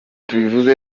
tubivuze